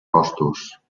costos